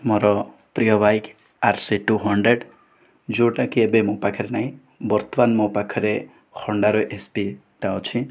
ମୋର ପ୍ରିୟ bike R C two hundred ଯେଉଁଟା କି ଏବେ ମୋ ପାଖରେ ନାହିଁ ବର୍ତ୍ତମାନ ମୋ ପାଖରେ ହୋଣ୍ଡାର ଏସ ପି ଟା ଅଛି